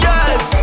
Yes